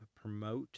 promote